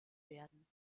werden